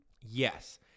Yes